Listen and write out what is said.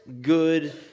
good